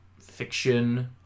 fiction